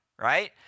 Right